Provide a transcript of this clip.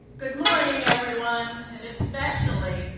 good morning, everyone and especially,